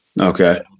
okay